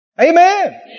Amen